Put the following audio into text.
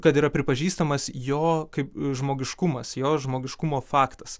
kad yra pripažįstamas jo kaip žmogiškumas jo žmogiškumo faktas